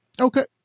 Okay